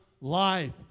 life